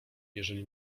jeżeli